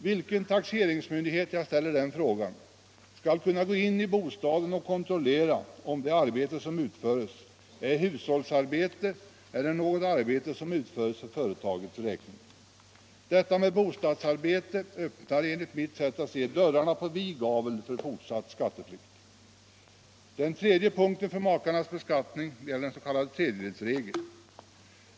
Vilken taxeringsmyndighet kan gå in i bostaden och kontrollera om det arbete som utförs är hushållsarbete eller ett arbete för företagets räkning? Detta med bostadsarbete öppnar enligt mitt sätt att se dörrarna på vid gavel för fortsatt skatteflykt. Den tredje punkten när det gäller makars beskattning är den s.k. tredjedelsregeln.